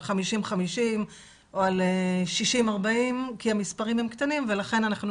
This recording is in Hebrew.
50-50 או על 60-40 כי המספרים הם קטנים ולכן אנחנו